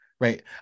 right